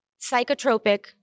psychotropic